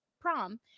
prom